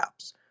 apps